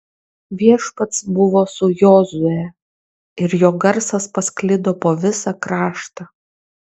viešpats buvo su jozue ir jo garsas pasklido po visą kraštą